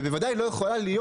ובוודאי לא יכולה להיות,